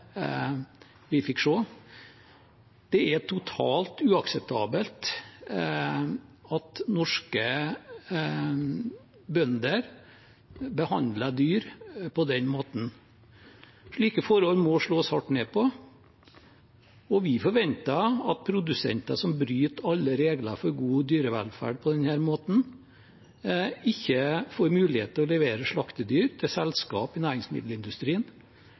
vi fikk se. Det er totalt uakseptabelt at norske bønder behandler dyr på den måten. Slike forhold må slås hardt ned på, og vi forventer at produsenter som bryter alle regler for god dyrevelferd på denne måten, ikke får mulighet til å levere slaktedyr til selskap i næringsmiddelindustrien.